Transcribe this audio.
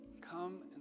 come